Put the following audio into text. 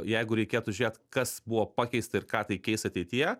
jeigu reikėtų žiūrėt kas buvo pakeista ir ką tai keis ateityje